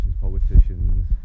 politicians